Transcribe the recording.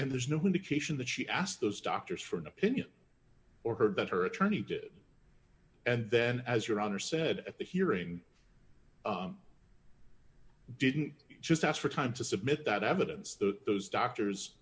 and there's no indication that she asked those doctors for an opinion or heard that her attorney did and then as your honor said at the hearing didn't just ask for time to submit that evidence that those doctors